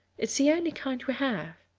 it's the only kind we have.